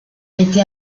été